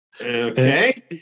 Okay